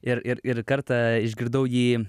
ir ir ir kartą išgirdau jį